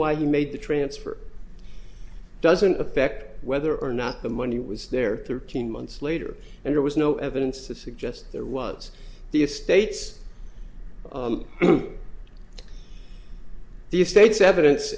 why you made the transfer doesn't affect whether or not the money was there thirteen months later and there was no evidence to suggest there was the estates the state's evidence